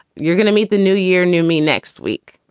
you're gonna meet the new year, new me next week